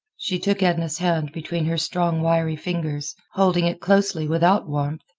she took edna's hand between her strong wiry fingers, holding it loosely without warmth,